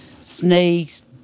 Snakes